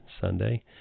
Sunday